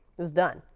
it was done.